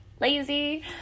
Lazy